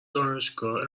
دانشگاه